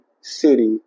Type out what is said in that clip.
city